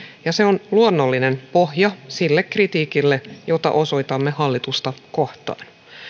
ja se on luonnollinen pohja sille kritiikille jota osoitamme hallitusta kohtaan